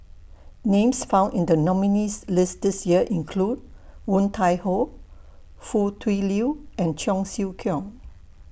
Names found in The nominees' list This Year include Woon Tai Ho Foo Tui Liew and Cheong Siew Keong